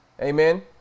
Amen